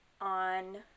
on